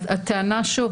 הטענה שוב,